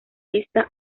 pista